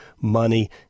money